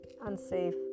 unsafe